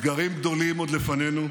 אתגרים גדולים עוד לפנינו,